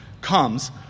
comes